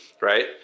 right